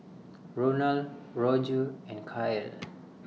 Ronal Roger and Cael